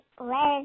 red